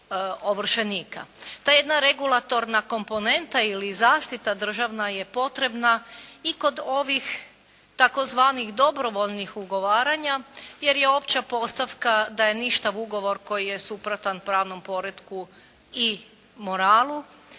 je jedna regulatorna komponenta ili zaštita državna je potrebna i kod ovih tzv. dobrovoljnih ugovaranja jer je opća postavka da je ništav ugovor koji je suprotan pravnom poretku i moralu